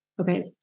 Okay